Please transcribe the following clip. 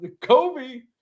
Kobe